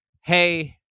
hey